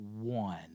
one